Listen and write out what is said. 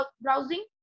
browsing